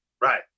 Right